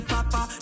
Papa